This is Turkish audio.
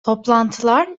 toplantılar